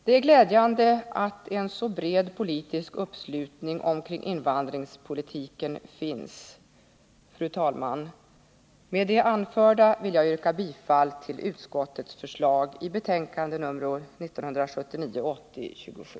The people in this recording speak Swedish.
Det är glädjande att det finns en så bred politisk uppslutning kring frågan om invandringspolitiken. Jag vill med det anförda yrka bifall till arbetsmarknadsutskottets hemställan i betänkandet 1979/80:27.